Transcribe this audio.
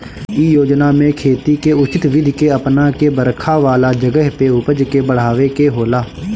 इ योजना में खेती के उचित विधि के अपना के बरखा वाला जगह पे उपज के बढ़ावे के होला